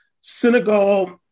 Senegal